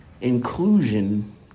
inclusion